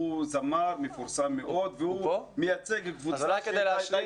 הוא זמר מפורסם מאוד, והוא מייצג קבוצה.